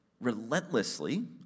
relentlessly